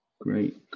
Great